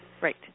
Right